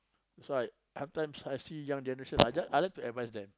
so I sometimes I see young generations I just I like to advice them